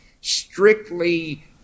strictly